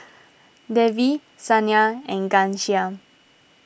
Devi Saina and Ghanshyam